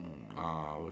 ah